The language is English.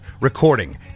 recording